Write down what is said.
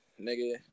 nigga